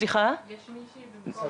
יש מישהי במקום איריס.